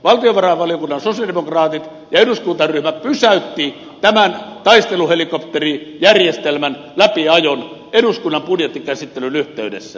valtiovarainvaliokunnan sosialidemokraatit ja sosialidemokraattien eduskuntaryhmä pysäyttivät tämän taisteluhelikopterijärjestelmän läpiajon eduskunnan budjettikäsittelyn yhteydessä